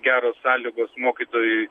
geros sąlygos mokytojui